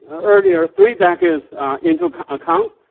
earlier three decades into account,